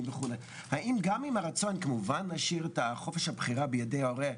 האם גם אם הרצון להשאיר את חופש הבחירה בידי ההוראה,